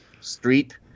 Street